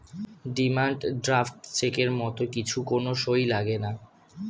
demand draft চেকের মত কিছু কোন সই লাগেনা